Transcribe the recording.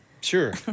Sure